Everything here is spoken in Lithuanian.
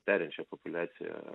perinčią populiaciją